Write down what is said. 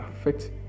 affect